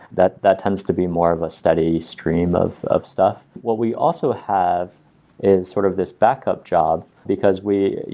that that tends to be more of a steady stream of of stuff. what we also have is sort of this backup job because we,